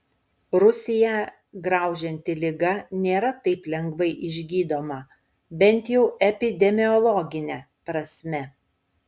rusiją graužianti liga nėra taip lengvai išgydoma bent jau epidemiologine prasme